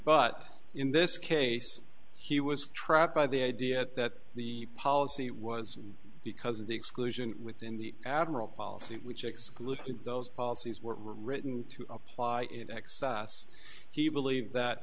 but in this case he was trapped by the idea that the policy was because of the exclusion within the admiral policy which excludes those policies were written to apply in excess he believed that